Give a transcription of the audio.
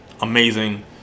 amazing